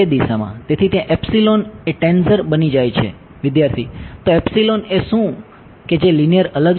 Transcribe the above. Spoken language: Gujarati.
વિદ્યાર્થી તો એપ્સીલોન એ શું કે જે લિનિયર અલગ છે